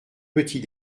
petits